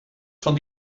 van